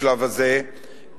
בשלב הזה,